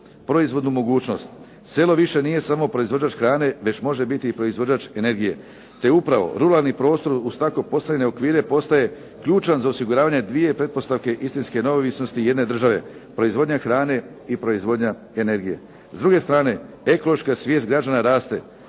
proizvodnu mogućnost. Selo više nije samo proizvođač hrane već može biti i proizvođač energije te upravo ruralni prostor uz tako postavljene okvire postaje ključan za osiguravanje dvije pretpostavke istinske neovisnosti jedne države, proizvodnja hrane i proizvodnja energije. S druge strane, ekološka svijest građana raste